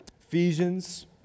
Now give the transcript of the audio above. Ephesians